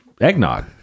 Eggnog